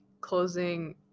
closing